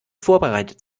vorbereitet